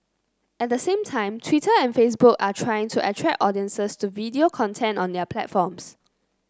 at the same time Twitter and Facebook are trying to attract audiences to video content on their platforms